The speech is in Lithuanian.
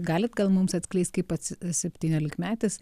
galite gal mums atskleist kaip pats septyniolikmetis